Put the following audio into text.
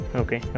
okay